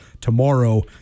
tomorrow